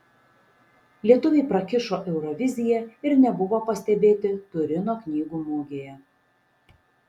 lietuviai prakišo euroviziją ir nebuvo pastebėti turino knygų mugėje